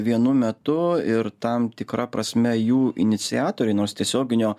vienu metu ir tam tikra prasme jų iniciatoriai nors tiesioginio